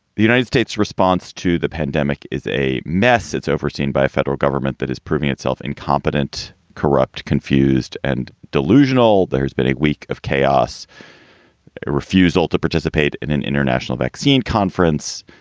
the united states response to the pandemic is a mess. it's overseen by a federal government that is proving itself incompetent, corrupt, confused and delusional. there's been a week of chaos, a refusal to participate in an international vaccine conference.